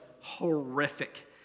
horrific